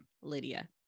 Lydia